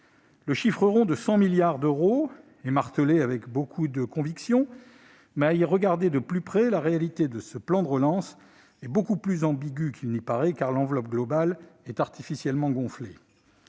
Le chiffre rond de 100 milliards d'euros est martelé avec beaucoup de conviction. Mais, à y regarder de plus près, la réalité de ce plan de relance est beaucoup plus ambiguë qu'il n'y paraît, car l'enveloppe globale est artificiellement gonflée.